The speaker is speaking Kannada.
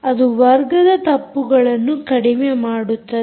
ಅದು ವರ್ಗದ ತಪ್ಪುಗಳನ್ನು ಕಡಿಮೆ ಮಾಡುತ್ತದೆ